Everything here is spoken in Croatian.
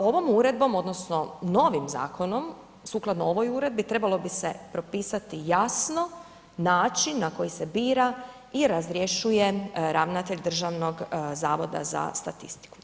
Ovom uredbom odnosno novim zakonom sukladno ovoj uredbi trebalo bi se propisati jasno način na koji se bira i razrješuje ravnatelj Državnog zavoda za statistiku.